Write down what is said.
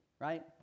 right